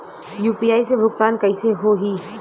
UPI से भुगतान कइसे होहीं?